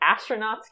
astronauts